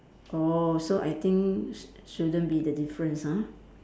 oh so I think sh~ shouldn't be the difference ah